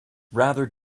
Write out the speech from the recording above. rather